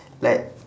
like